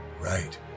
Right